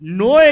no